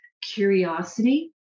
curiosity